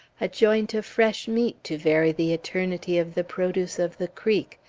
a joint of fresh meat to vary the eternity of the produce of the creek,